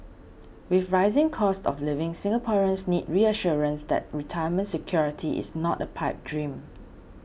with rising costs of living Singaporeans need reassurance that retirement security is not a pipe dream